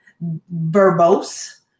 verbose